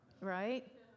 Right